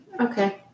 Okay